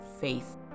faith